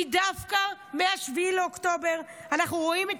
כי דווקא מ-7 באוקטובר אנחנו רואים את